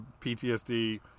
ptsd